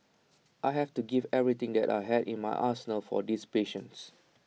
I have to give everything that I had in my arsenal for these patients